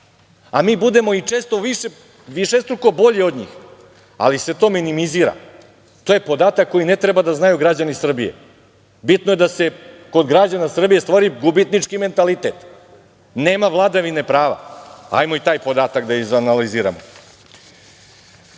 Mi budemo često i višestruko bolji od njih, ali se to minimizira. To je podatak koji ne treba da znaju građani Srbije, bitno je da se kod građana Srbije stvori gubitnički mentalitet. Nema vladavine prava, ajmo i taj podatak da izanaliziramo.